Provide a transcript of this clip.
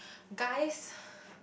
guys